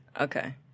Okay